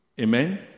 Amen